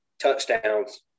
touchdowns